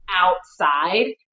outside